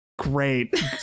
great